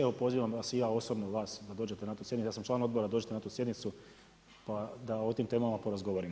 Evo pozivam vas i ja osobno, da dođete na tu sjednicu, ja sam član odbora, da dođete na tu sjednicu pa da o tim temama porazgovaramo.